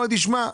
אומר תשמע,